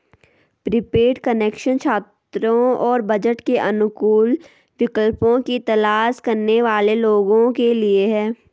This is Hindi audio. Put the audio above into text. प्रीपेड कनेक्शन छात्रों और बजट के अनुकूल विकल्पों की तलाश करने वाले लोगों के लिए है